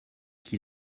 qui